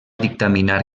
dictaminar